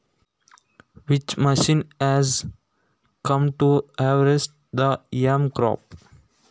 ಗೆಣಸು ಬೆಳೆ ತೆಗೆಯಲು ಯಾವ ಮಷೀನ್ ಬಂದಿದೆ?